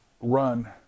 run